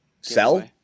sell